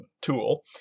tool